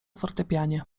fortepianie